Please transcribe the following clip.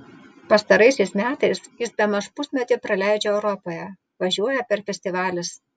pastaraisiais metais jis bemaž pusmetį praleidžia europoje važiuoja per festivalius